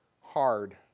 hard